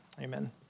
amen